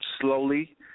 slowly